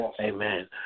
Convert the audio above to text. Amen